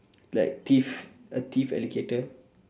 like thief a thief alligator